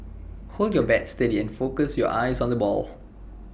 hold your bat steady and focus your eyes on the ball